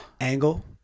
Angle